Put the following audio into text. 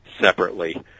separately